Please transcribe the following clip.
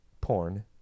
Porn